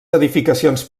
edificacions